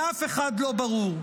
לאף אחד לא ברור.